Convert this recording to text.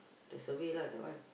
the survey lah that one